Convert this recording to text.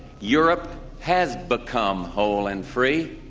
europe has become whole and free.